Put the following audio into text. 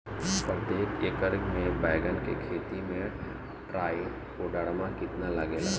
प्रतेक एकर मे बैगन के खेती मे ट्राईकोद्रमा कितना लागेला?